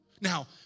Now